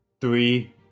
three